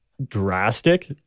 drastic